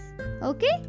Okay